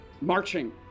marching